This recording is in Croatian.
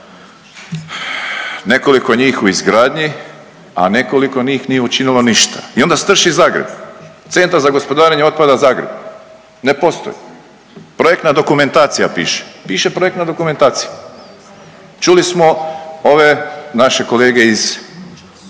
nekoliko njih u izgradnji, a nekoliko njih nije učinilo ništa. I onda strši Zagreb. Centar za gospodarenja otpada Zagreb ne postoji. Projektna dokumentacija piše, piše projektna dokumentacija. Čuli smo ove naše kolege iz